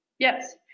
Yes